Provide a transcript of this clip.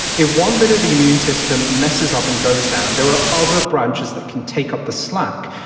if one bit of the immune system messes up and goes down, there are other branches that can take up the slack.